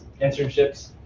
internships